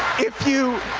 if you,